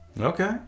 Okay